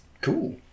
cool